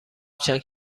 چند